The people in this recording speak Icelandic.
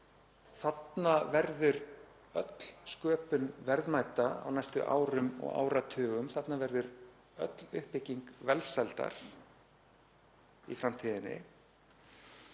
Þarna verður öll sköpun verðmæta á næstu árum og áratugum. Þarna verður öll uppbygging velsældar í framtíðinni.